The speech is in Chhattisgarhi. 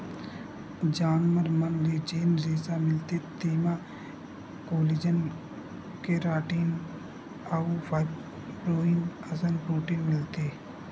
जानवर मन ले जेन रेसा मिलथे तेमा कोलेजन, केराटिन अउ फाइब्रोइन असन प्रोटीन मिलथे